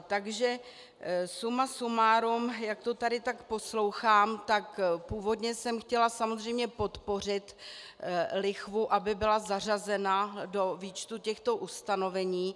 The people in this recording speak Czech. Takže suma sumárum, jak to tady tak poslouchám, tak původně jsem chtěla samozřejmě podpořit lichvu, aby byla zařazena do výčtu těchto ustanovení.